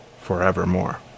forevermore